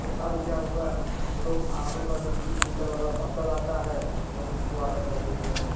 फिर अब क्या हुआ कि लोग आर ओ का जो बीस लीटर वाला बॉटल आता है लोग उसको आडर कर देते हैं